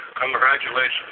Congratulations